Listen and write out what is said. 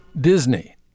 Disney